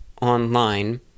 online